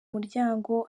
muryango